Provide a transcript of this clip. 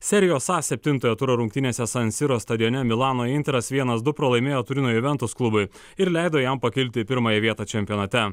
serijos a septintojo turo rungtynėse sansiros stadione milano inter vienas du pralaimėjo turino juventus klubui ir leido jam pakilti į pirmąją vietą čempionate